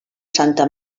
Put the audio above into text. santa